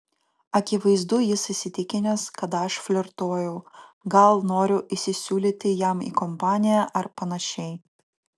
akivaizdu jis įsitikinęs kad aš flirtuoju gal noriu įsisiūlyti jam į kompaniją ar panašiai